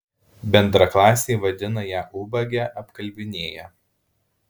bendraklasiai vadina ją ubage apkalbinėja